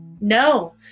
no